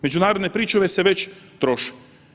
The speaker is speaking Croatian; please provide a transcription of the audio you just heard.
Međunarodne pričuve se već troše.